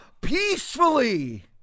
peacefully